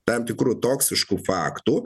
tam tikrų toksiškų faktų